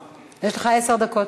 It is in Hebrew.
יש לך עשר דקות.